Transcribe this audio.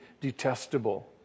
detestable